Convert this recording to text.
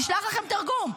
נשלח לכם תרגום.